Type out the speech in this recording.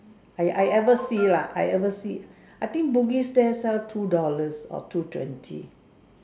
I I ever see lah I ever see I think book is that a two dollars or two twenty